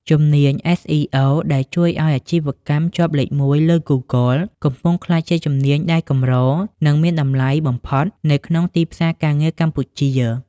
ជំនាញ SEO ដែលជួយឱ្យអាជីវកម្មជាប់លេខ១លើ Google កំពុងក្លាយជាជំនាញដែលកម្រ និងមានតម្លៃបំផុតនៅក្នុងទីផ្សារការងារកម្ពុជា។